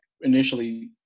initially